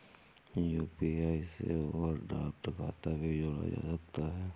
UPI से overdraft खाता भी जोड़ा जा सकता है